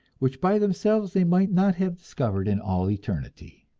which by themselves they might not have discovered in all eternity.